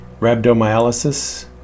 Rhabdomyolysis